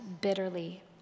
bitterly